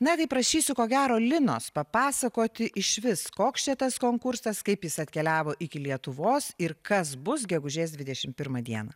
na tai prašysiu ko gero linos papasakoti išvis koks čia tas konkursas kaip jis atkeliavo iki lietuvos ir kas bus gegužės dvidešimt pirmą dieną